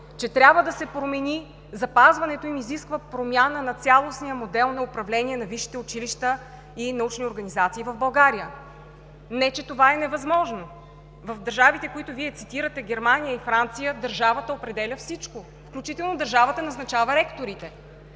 че трябва да се промени. Запазването им изисква промяна на цялостния модел на управление на висшите училища и научните организации в България, не че това е невъзможно. В държавите, които Вие цитирате – Германия и Франция, държавата определя всичко, включително тя назначава ректорите.